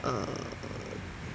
err